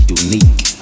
unique